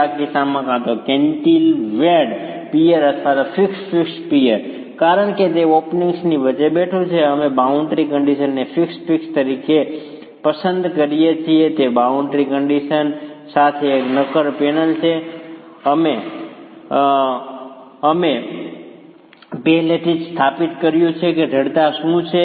આ કિસ્સામાં કાં તો કેન્ટિલવેર્ડ પિઅર અથવા ફિક્સ્ડ ફિક્સ્ડ પિઅર કારણ કે તે ઓપનિંગ્સની વચ્ચે બેઠું છે અમે બાઉન્ડ્રી કન્ડીશનને ફિક્સ્ડ ફિક્સ્ડ તરીકે પસંદ કરીએ છીએ અને તે બાઉન્ડ્રી કન્ડીશન સાથે એક નક્કર પેનલ છે અને અમે પહેલેથી જ સ્થાપિત કર્યું છે કે જડતા શું છે